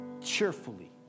cheerfully